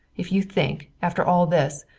if you think, after all this,